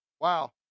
Wow